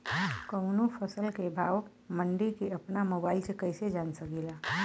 कवनो फसल के भाव मंडी के अपना मोबाइल से कइसे जान सकीला?